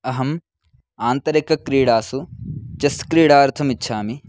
अहम् आन्तरिकक्रीडासु चेस् क्रीडार्थम् इच्छामि